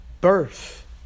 birth